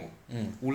mm